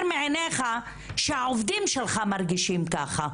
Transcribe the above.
שינה מעיניך שהעובדים שלך מרגישים ככה.